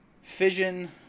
Fission